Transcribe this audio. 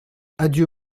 adieu